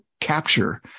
capture